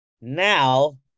Now